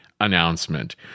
announcement